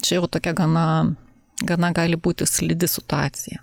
čia jau tokia gana gana gali būti slidi situacija